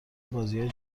بازیای